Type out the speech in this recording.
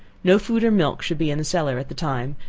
no food or milk should be in the cellar at the time,